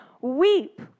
weep